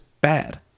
bad